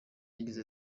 yagize